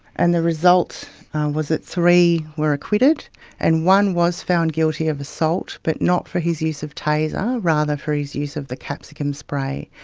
and the result was that three were acquitted and one was found guilty of assault but not for his use of taser, rather for his use of the capsicum spray,